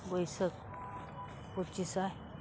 ᱵᱟᱹᱭᱥᱟᱹᱠ ᱯᱚᱸᱪᱤᱥᱟᱭ